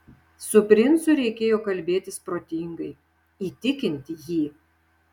su princu reikėjo kalbėtis protingai įtikinti jį